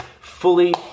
fully